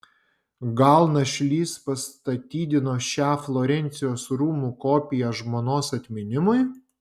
gal našlys pastatydino šią florencijos rūmų kopiją žmonos atminimui